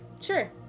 Sure